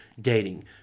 dating